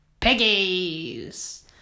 piggies